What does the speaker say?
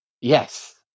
Yes